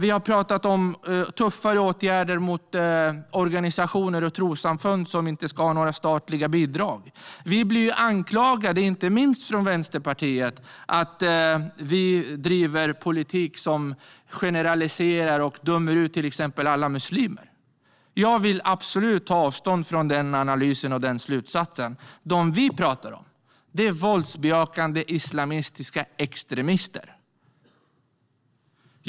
Vi har talat om tuffare åtgärder mot organisationer och trossamfund som inte ska ha några statliga bidrag. Vi blir anklagade, inte minst av Vänsterpartiet, för att driva en politik som generaliserar och dömer ut till exempel alla muslimer. Jag vill absolut ta avstånd från den analysen och den slutsatsen. Dem vi talar om är våldsbejakande islamistiska extremister.